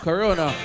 Corona